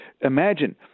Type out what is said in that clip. imagine